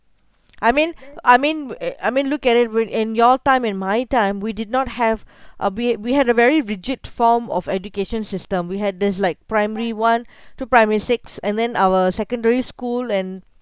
I mean I mean uh I mean look at it when in your time in my time we did not have uh we we had a very rigid form of education system we had this like primary one to primary six and then our secondary school and